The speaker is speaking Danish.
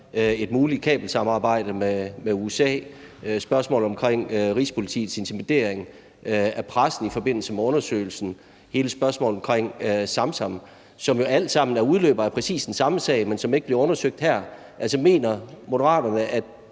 et muligt kabelsamarbejde med USA, spørgsmålet om Rigspolitiets intimidering af pressen i forbindelse med undersøgelsen, og hele spørgsmålet om Samsam, som jo alt sammen er udløbere af præcis den samme sag, men som ikke bliver undersøgt her. Mener Moderaterne, at